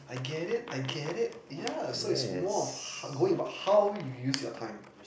I get it I get it yeah so it's more of going about how you use your time